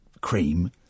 cream